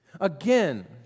again